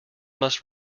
must